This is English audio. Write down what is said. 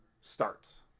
starts